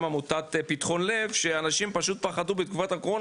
עמותת פתחון לב שאנשים פשוט פחדו בתקופת הקורונה,